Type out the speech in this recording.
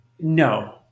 no